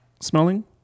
smelling